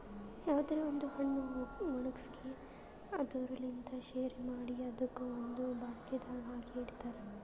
ಯಾವುದರೆ ಒಂದ್ ಹಣ್ಣ ಒಣ್ಗಿಸಿ ಅದುರ್ ಲಿಂತ್ ಶೆರಿ ಮಾಡಿ ಅದುಕ್ ಒಂದ್ ಬಾಟಲ್ದಾಗ್ ಹಾಕಿ ಇಡ್ತಾರ್